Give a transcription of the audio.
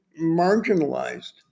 marginalized